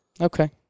Okay